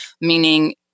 meaning